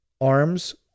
arms